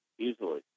easily